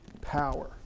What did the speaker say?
power